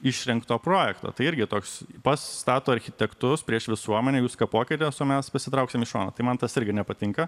išrinkto projekto tai irgi toks pastato architektus prieš visuomenę jūs kapokitės o mes pasitrauksim į šoną tai man tas irgi nepatinka